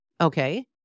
Okay